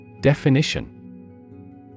Definition